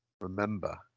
remember